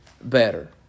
better